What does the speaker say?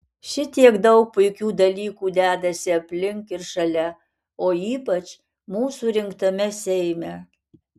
šitiek daug puikių dalykų dedasi aplink ir šalia o ypač mūsų rinktame seime